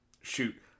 shoot